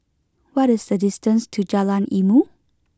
what is the distance to Jalan Ilmu